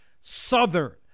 Southern